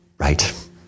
Right